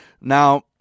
Now